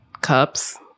cups